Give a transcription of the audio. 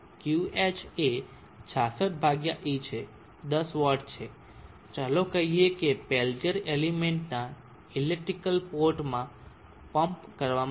Qh એ 66 ભાગ્યા E છે 10 વોટ છે ચાલો કહીએ કે પેલ્ટીયર એલિમેન્ટ ના ઈલેક્ટ્રીકલ પોર્ટમાં પમ્પ કરવામાં આવી રહ્યું છે તમારી પાસે 5